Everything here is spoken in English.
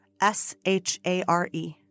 S-H-A-R-E